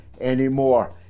anymore